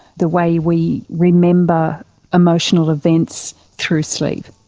the way we remember emotional events through sleep?